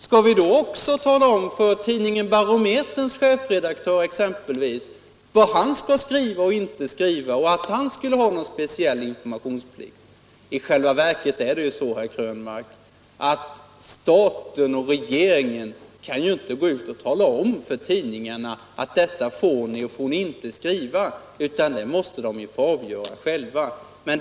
Skall vi då även tala om för exempelvis tidningen Barometerns chefredaktör vad han skall skriva och inte skriva och att han skall ha någon speciell informationsplikt? I själva verket är det ju så, herr Krönmark, att staten och regeringen inte kan gå ut och tala om för tidningarna vad de får och inte får skriva — det måste de ändå få avgöra själva.